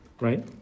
Right